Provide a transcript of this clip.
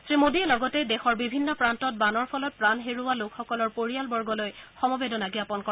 শ্ৰীমোডীয়ে লগতে দেশৰ বিভিন্ন প্ৰান্তত বানৰ ফলত প্ৰাণ হেৰুওৱা লোকসকলৰ পৰিয়ালবৰ্গলৈ সমবেদনা জ্ঞাপন কৰে